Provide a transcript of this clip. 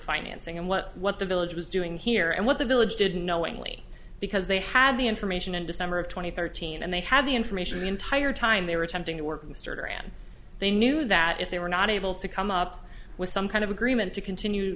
financing and what what the village was doing here and what the village didn't knowingly because they had the information in december of twenty thirteen and they had the information the entire time they were attempting to work mr duran they knew that if they were not able to come up with some kind of agreement to continue